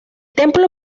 templo